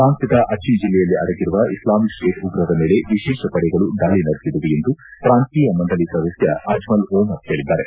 ಪ್ರಾಂತ್ಲದ Aceh ಜಿಲ್ಲೆಯಲ್ಲಿ ಅಡಗಿರುವ Islamic state ಉಗ್ರರ ಮೇಲೆ ವಿಶೇಷ ಪಡೆಗಳು ದಾಳಿ ನಡೆಸಿದವು ಎಂದು ಪ್ರಾಂತೀಯ ಮಂಡಳ ಸದಸ್ಯ ಅಜ್ಜಲ್ ಓಮರ್ ಹೇಳಿದ್ದಾರೆ